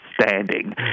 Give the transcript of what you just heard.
standing